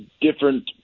different